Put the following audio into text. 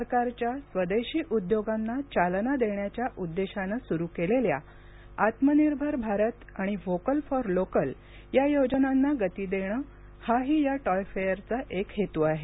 सरकारच्या स्वदेशी उद्योगांना चालना देण्याच्या उद्देशानं सुरू केलेल्या आत्मनिर्भर भारत आणि व्होकल फॉर लोकल या योजनांना गती देणं हाही या टॉय़ फेअरचा एक हेतू आहे